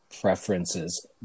preferences